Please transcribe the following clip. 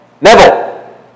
Neville